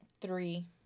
Three